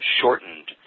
shortened